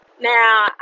Now